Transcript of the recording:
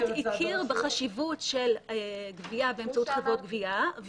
בית משפט הכיר בחשיבות של גבייה באמצעות חברות גבייה,